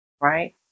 right